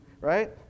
right